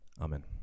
Amen